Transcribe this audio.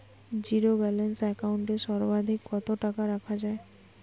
Zero balance account এ সর্বাধিক কত টাকা রাখা য়ায়?